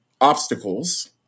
obstacles